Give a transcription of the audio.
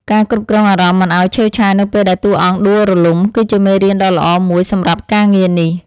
ការគ្រប់គ្រងអារម្មណ៍មិនឱ្យឆេវឆាវនៅពេលដែលតួអង្គដួលរលំគឺជាមេរៀនដ៏ល្អមួយសម្រាប់ការងារនេះ។